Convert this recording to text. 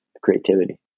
creativity